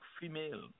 female